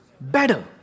better